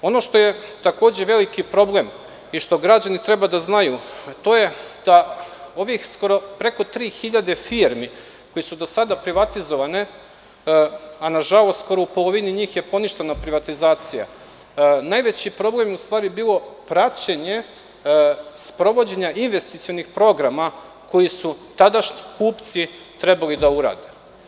Ono što je takođe veliki problem i što građani treba da znaju, to je da ovih skoro preko 3.000 firmi koje su do sada privatizovane, a nažalost, skoro u polovini njih je poništena privatizacija, najveći problem je u stvari bilo praćenje sprovođenja investicionih programa koji su tadašnji kupci trebali da urade.